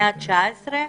119?